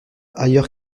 ailleurs